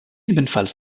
ebenfalls